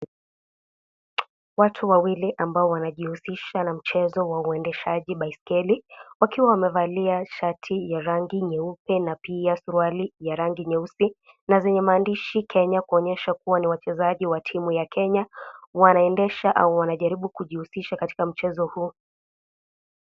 Watu wawili ambao wanajihusisha na mchezo ya uendashaji baiskeli, wakiwa wamevalia shati ya rangi nyeupe na pia suruali ya rangi nyeusi, na zenye maandishi, "Kenya",kuonyesha kuwa ni wachezaji wa timu ya Kenya, wanaendesha au wanajaribu kujihusisha katika mchezo huu.